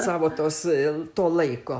savo tos to laiko